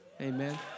Amen